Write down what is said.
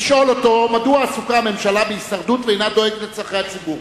לשאול אותו מדוע הממשלה עסוקה בהישרדות ואינה דואגת לצורכי הציבור.